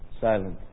silent